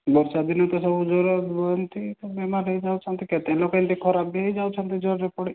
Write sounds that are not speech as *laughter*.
ବର୍ଷା ଦିନେ ତ ସବୁ ଜ୍ୱର ହୁଅନ୍ତି *unintelligible* ବେମାର ହେଇ ଯାଉଛନ୍ତି କେତେ ଲୋକ ଏମତି ଖରାପ ବି ହେଇ ଯାଉଛନ୍ତି ଜ୍ଵରରେ ପଡ଼ି